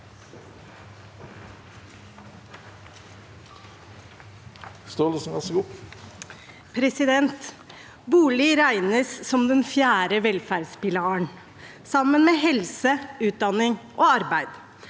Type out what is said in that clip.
for saken): Bolig regnes som den fjerde velferdspilaren, sammen med helse, utdanning og arbeid.